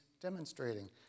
demonstrating